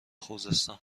خوزستان